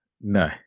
No